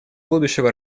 будущего